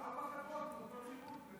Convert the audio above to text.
אבל ארבע חברות נותנות שירות לטלפונים,